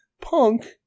Punk